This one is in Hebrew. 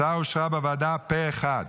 ההצעה אושרה בוועדה פה אחד